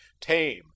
tame